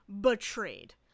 betrayed